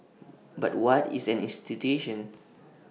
but what is an institution